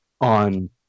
on